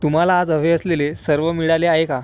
तुम्हाला आज हवे असलेले सर्व मिळाले आहे का